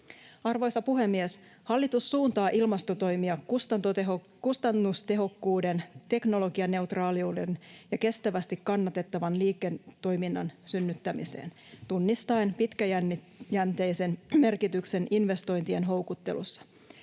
Arvoisa puhemies! Hallitus suuntaa ilmastotoimia kustannustehokkuuden, teknologianeutraaliuden ja kestävästi kannatettavan liiketoiminnan synnyttämiseen tunnistaen pitkäjänteisyyden merkityksen investointien houkuttelussa.